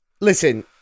listen